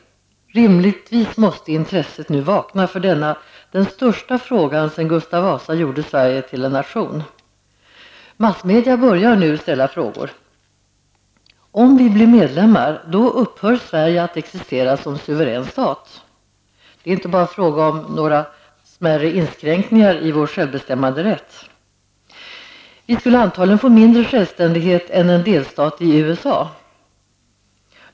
Rimligtvis måste intresset nu vakna för denna den största frågan sedan Gustav Vasa gjorde Sverige till en nation. Massmedia börjar nu ställa frågor. Om vi blir medlemmar upphör Sverige att existera som suverän stat. Det är inte bara fråga om några smärre inskränkningar i vår självbestämmanderätt. Vi skulle antagligen få mindre självständighet än en delstat i USA.